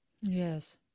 Yes